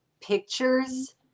pictures